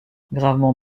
gravement